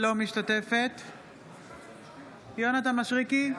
אינה משתתפת בהצבעה יונתן מישרקי,